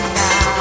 now